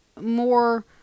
more